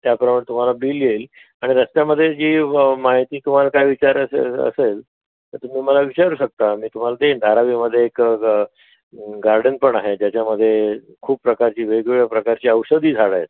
त्याप्रमाणे तुम्हाला बिल येईल आणि रस्त्यामध्ये जी माहिती तुम्हाला काय विचारायची असेल तर तुम्ही मला विचारू शकता मी तुम्हाला देईन धारावीमध्ये एक ग गार्डनपण आहे ज्याच्याध्देये खूप प्रकारची वेगवेगळ्या प्रकारची औषधी झाडं आहेत